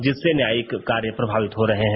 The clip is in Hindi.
जिससे न्यायिक कार्य प्रभावित हो रहे हैं